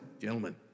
gentlemen